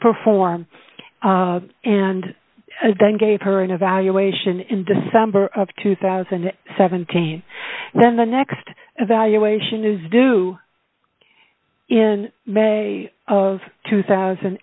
perform and then gave her an evaluation in december of two thousand and seventeen then the next evaluation is due in may of two thousand